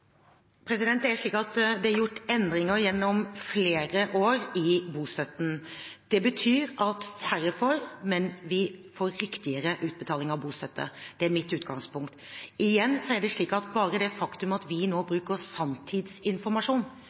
er gjort endringer i bostøtten. Det betyr at færre får, men vi får riktigere utbetaling av bostøtte. Det er mitt utgangspunkt. Igjen: Bare det faktum at vi nå bruker sanntidsinformasjon, gjør at flere får riktigere bostøtte. Vi